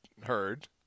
heard